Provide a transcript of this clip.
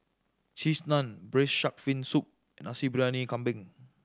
Cheese Naan Braised Shark Fin Soup and Nasi Briyani Kambing